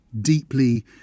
deeply